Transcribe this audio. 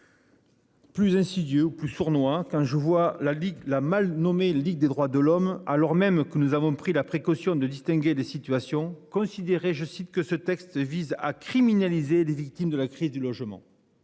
Plus insidieux ou plus sournois. Quand je vois la Ligue la mal nommée il dit des droits de l'homme alors même que nous avons pris la précaution de distinguer des situations considéré je cite que ce texte vise à criminaliser les victimes de la crise du logement.